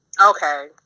Okay